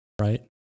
right